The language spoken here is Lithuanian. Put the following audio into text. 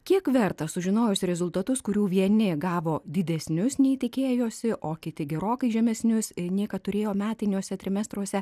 kiek verta sužinojus rezultatus kurių vieni gavo didesnius nei tikėjosi o kiti gerokai žemesnius nei kad turėjo metiniuose trimestruose